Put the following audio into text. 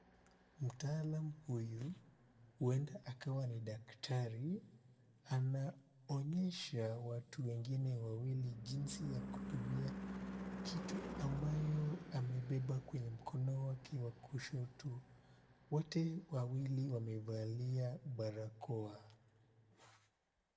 Mtaalam huyu huenda akawa ni daktari anaonyesha watu wengine wawili jinsi ya kutumia kitu ambayo amebeba kwenye mkono wake wa kushoto. Wote wawili wamevalia barakoa.